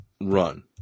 run